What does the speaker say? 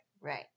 Right